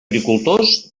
agricultors